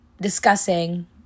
discussing